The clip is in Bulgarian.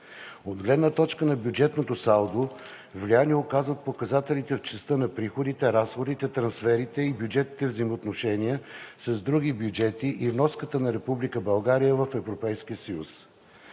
От гледна точка на бюджетното салдо влияние оказват показателите в частта на приходите, разходите, трансферите и бюджетните взаимоотношения с други бюджети и вноската на Република България в